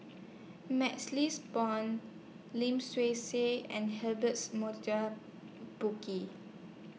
MaxLes Blond Lim Swee Say and Burkill